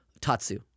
Tatsu